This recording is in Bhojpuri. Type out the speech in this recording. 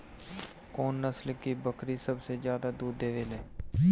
कौन नस्ल की बकरी सबसे ज्यादा दूध देवेले?